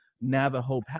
navajo